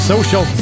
Social